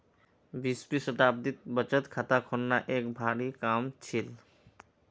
बीसवीं शताब्दीत बचत खाता खोलना एक भारी काम छील